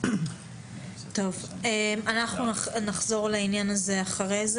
אנחנו נחזור לנושא הזה לאחר מכן.